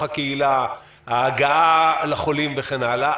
הקהילה, ההגעה לחולים וכן הלאה.